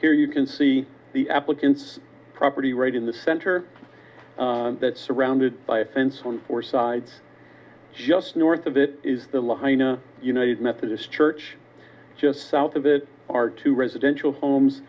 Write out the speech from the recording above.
here you can see the applicant's property right in the center that surrounded by a fence on four sides just north of it is the line a united methodist church just south of it are two residential homes